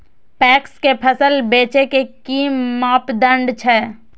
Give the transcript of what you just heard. PACS में फसल बेचे के कि मापदंड छै?